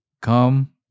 come